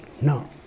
no